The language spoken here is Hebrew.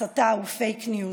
הסתה ופייק ניוז.